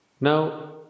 Now